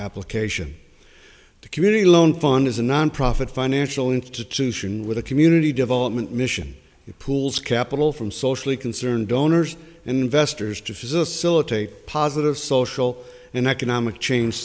application to community loan fund is a nonprofit financial institution with a community development mission it pools capital from socially concerned donors and investors to facilitate positive social and economic change